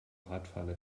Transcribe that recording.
radfahren